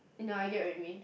nah I get what you mean